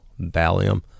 Valium